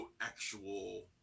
actual